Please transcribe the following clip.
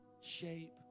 shape